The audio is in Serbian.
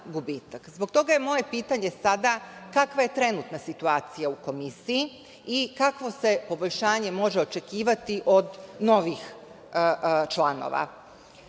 toga je moje pitanje sada – kakva je trenutna situacija u komisiji i kako se poboljšanje može očekivati od novih članova